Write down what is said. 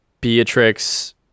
Beatrix